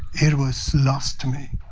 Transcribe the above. it was lost to me.